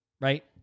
right